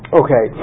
okay